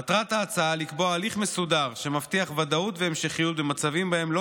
מטרת ההצעה לקבוע הליך מסודר שמבטיח ודאות והמשכיות במצבים שבהם לא